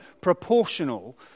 proportional